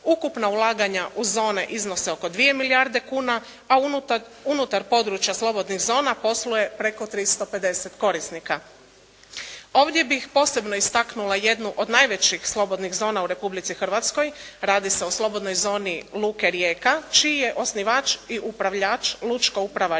Ukupna ulaganja u zone iznose oko 2 milijarde kuna, a unutar područja slobodnih zona posluje preko 350 korisnika. Ovdje bih posebno istaknula jednu od najvećih slobodnih zona u Republici Hrvatskoj. Radi se o slobodnoj zoni luke Rijeka čiji je osnivač i upravljač Lučka uprava Rijeka,